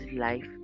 life